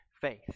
faith